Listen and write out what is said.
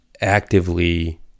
actively